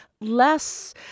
less